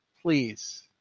Please